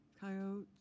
coyotes